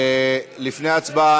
לפני הצבעה,